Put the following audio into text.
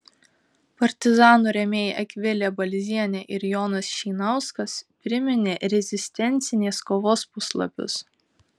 partizanų rėmėjai akvilė balzienė ir jonas šeinauskas priminė rezistencinės kovos puslapius